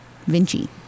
Vinci